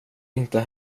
inte